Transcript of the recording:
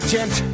Gent